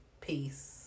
Peace